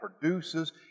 produces